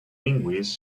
linguist